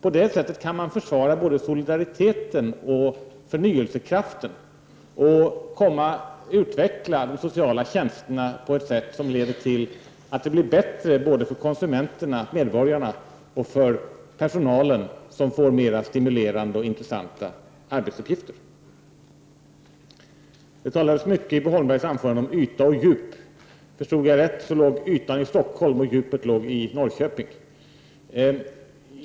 På det sättet kan man försvara både solidariteten och förnyelsekraften och utveckla de sociala tjänsterna på ett sätt som leder till att det blir bättre både för konsumenterna — medborgarna — och för personalen, som får mer stimulerande och intressanta arbetsuppgifter. Bo Holmberg talade i sitt anförande mycket om yta och djup. Om jag förstod det rätt, låg ytan i Stockholm och djupet i Norrköping.